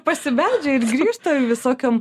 pasibeldžia ir grįžta visokiom